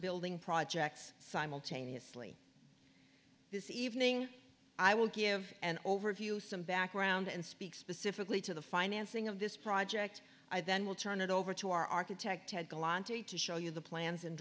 building projects simultaneously this evening i will give an overview some background and speak specifically to the financing of this project i then will turn it over to our architect ted golan today to show you the plans